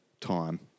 time